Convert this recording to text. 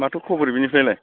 माथो खबर बेनिफ्राइलाय